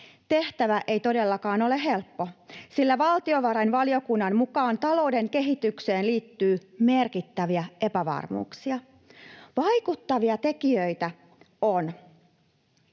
Tehtävä ei todellakaan ole helppo, sillä valtiovarainvaliokunnan mukaan talouden kehitykseen liittyy merkittäviä epävarmuuksia. Vaikuttavia tekijöitä ovat